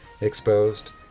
exposed